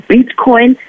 Bitcoin